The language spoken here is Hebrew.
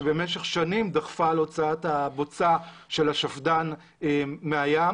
שבמשך שנים דחפה להוצאת הבוצה של השפד"ן מהים.